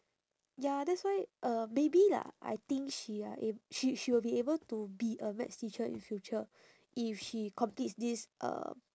ya that's why uh maybe lah I think she are ab~ she she will be able to be a maths teacher in future if she completes this um